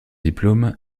diplôme